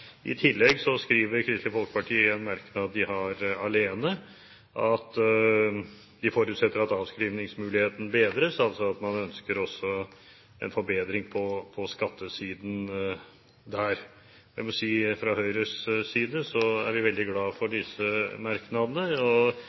I tillegg skriver Kristelig Folkeparti i en merknad, som de har alene, at de «forutsetter at avskrivningsmuligheten bedres», altså at man ønsker en forbedring på skattesiden. Jeg må si, fra Høyres side, at vi er veldig glad for disse merknadene.